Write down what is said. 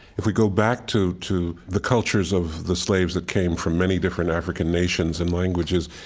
if we go back to to the cultures of the slaves that came from many different african nations and languages,